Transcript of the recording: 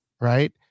right